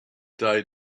died